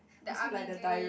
the army green